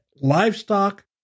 livestock